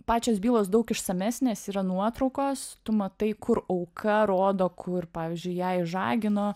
pačios bylos daug išsamesnės yra nuotraukos tu matai kur auka rodo kur pavyzdžiui ją išžagino